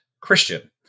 Christian